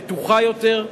בטוחה יותר,